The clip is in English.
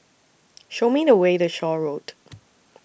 Show Me The Way to Shaw Road